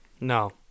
No